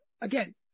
again